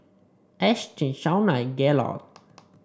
Ashtyn Shauna and Gaylord